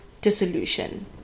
dissolution